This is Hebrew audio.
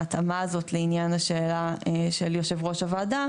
ההתאמה הזאת לעניין השאלה של יושב ראש הוועדה,